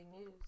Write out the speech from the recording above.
news